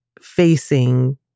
facing